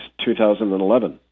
2011